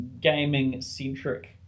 gaming-centric